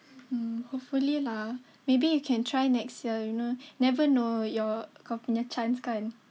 hopefully lah maybe you can try next year you know never know your kau punya chance kan